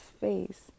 face